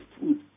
food